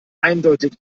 eindeutig